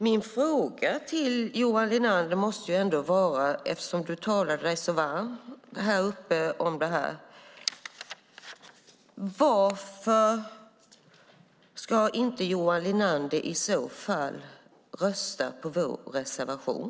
Eftersom Johan Linander talade sig varm för detta vill jag fråga honom varför han i så fall inte ska rösta på vår reservation.